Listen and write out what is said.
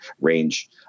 range